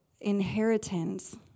inheritance